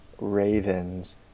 Ravens